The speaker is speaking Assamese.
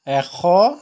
এশ